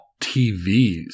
TVs